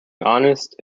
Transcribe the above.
honest